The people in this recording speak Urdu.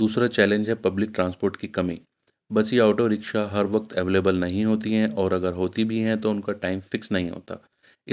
دوسرا چیلنج ہے پبلک ٹرانسپورٹ کی کمی بس یہ آٹو رکشا ہر وقت اویلیبل نہیں ہوتی ہیں اور اگر ہوتی بھی ہیں تو ان کا ٹائم فکس نہیں ہوتا